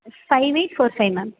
five eight four five ma'am